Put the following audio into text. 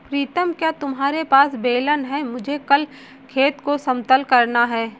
प्रीतम क्या तुम्हारे पास बेलन है मुझे कल खेत को समतल करना है?